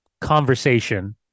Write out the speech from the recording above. conversation